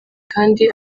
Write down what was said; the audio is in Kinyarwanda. kandi